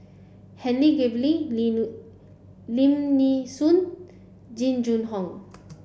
Helen Gilbey Lim Nee Soon Jing Jun Hong